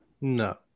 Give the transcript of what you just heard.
No